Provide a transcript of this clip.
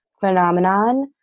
phenomenon